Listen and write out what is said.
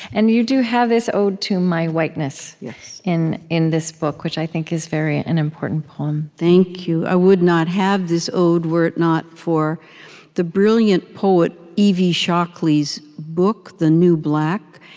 and you do have this ode to my whiteness in in this book, which i think is an and important poem thank you. i would not have this ode, were it not for the brilliant poet evie shockley's book, the new black.